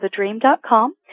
thedream.com